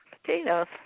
potatoes